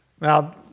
Now